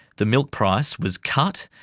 the milk price was cut,